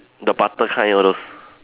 the butter kind all those